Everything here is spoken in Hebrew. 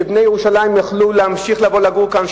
שבני ירושלים יוכלו להמשיך לבוא לגור כאן,